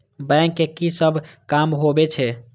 Bank के की सब काम होवे छे?